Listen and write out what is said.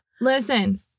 Listen